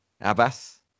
Abbas